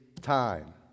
time